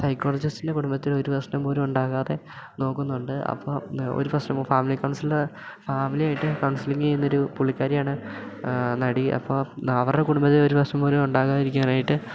സൈക്കോളജിസ്റ്റിൻ്റെ കുടുംബത്തിൽ ഒരു പ്രശ്നം പോലും ഉണ്ടാകാതെ നോക്കുന്നുണ്ട് അപ്പം ഒരു പ്രശ്നം ഫാമിലി കൗൺസിലർ ഫാമിലിയായിട്ട് കൗൺസിലിങ്ങ് ചെയ്യുന്ന ഒരു പുള്ളിക്കാരിയാണ് നടി അപ്പോൾ അവരുടെ കുടുംബത്തിൽ ഒരു പ്രശ്നംപോലും ഉണ്ടാകാതിരിക്കാനായിട്ട്